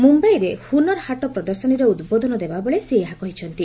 ମୁମ୍ବାଇରେ ହୁନର ହାଟ ପ୍ରଦର୍ଶନୀରେ ଉଦ୍ବୋଧନ ଦେବାବେଳେ ସେ ଏହା କହିଛନ୍ତି